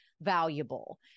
valuable